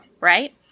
right